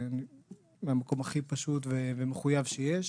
מהמקום הכי פשוט ומחויב שיש.